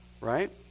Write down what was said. right